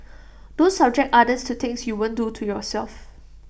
don't subject others to things you won't do to yourself